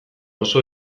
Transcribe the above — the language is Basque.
oso